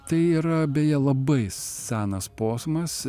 tai yra beje labai senas posmas